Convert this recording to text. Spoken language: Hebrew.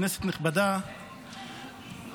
כנסת נכבדה,